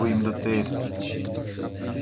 bujëm dëtirë.